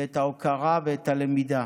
את ההוקרה ואת הלמידה.